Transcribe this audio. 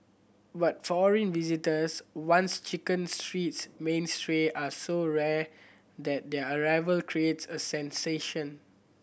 but foreign visitors once Chicken Street's mainstay are so rare that their arrival creates a sensation